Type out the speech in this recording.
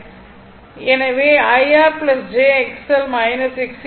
எனவே I R j XL Xc